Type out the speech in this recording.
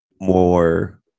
more